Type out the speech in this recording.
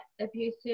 abusive